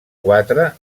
quatre